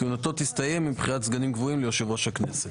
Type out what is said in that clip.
כהונתו תסתיים עם בחירת סגנים קבועים ליושב-ראש הכנסת.